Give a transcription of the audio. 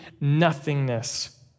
nothingness